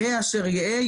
יהא אשר יהא,